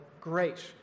great